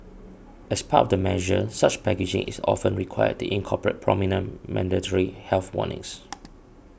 as part of the measure such packaging is often required the incorporate prominent mandatory health warnings